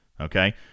Okay